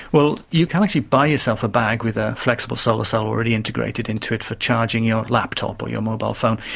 well, you can actually buy yourself a bag with a flexible solar cell already integrated into it for charging your laptop or your mobile phone,